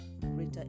greater